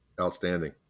Outstanding